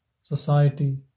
society